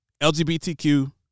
LGBTQ